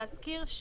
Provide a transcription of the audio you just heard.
להזכיר,